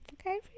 Okay